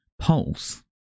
Pulse